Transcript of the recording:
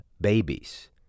babies